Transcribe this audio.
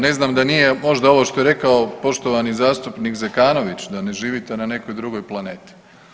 Ne znam, da nije možda ovo što je rekao poštovani zastupnik Zekanović da ne živite na nekoj drugoj planeti?